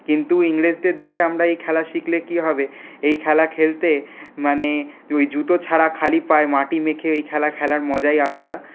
কিন্তু ইংরেজদের দেখে আমরা এই খেলা শিখলে কি হবে এই খেলা খেলতে মানে ওই জুতো ছাড়া খালি পায়ে মাটি মেখে এই খেলা খেলার মজাই আলাদা